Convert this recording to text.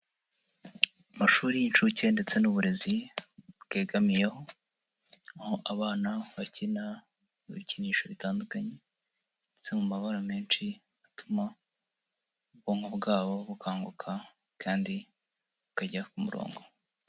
Amashuri y'incuke ndetse n'uburezi bwegamiyeho, aho abana bakina ibikinisho bitandukanye ndetse mu mabara menshi, atuma ubwonko bwabo bukanguka kandi bukajya ku murongo.